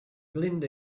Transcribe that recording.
linda